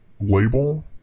label